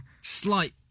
Slight